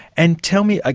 and tell me, ah